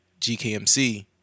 GKMC